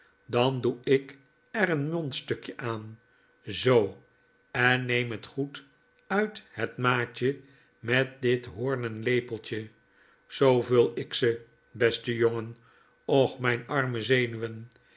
dan doe ik er een mondstukje aan zo en neem het goed uit het maatje met dit hoornen lepeltje zoo vul ik ze beste jongen och myne arme zenuwen